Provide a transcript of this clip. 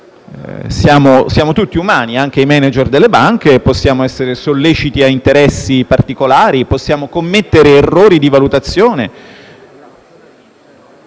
siamo tutti umani, anche i *manager* delle banche, e possiamo essere solleciti a interessi particolari o possiamo commettere errori di valutazione.